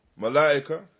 Malaika